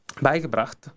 beigebracht